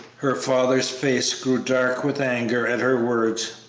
her father's face grew dark with anger at her words,